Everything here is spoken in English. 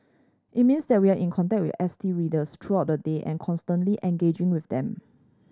it means that we are in contact with S T readers throughout the day and constantly engaging with them